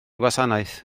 wasanaeth